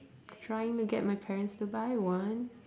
trying to get my parents to buy one